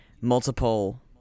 multiple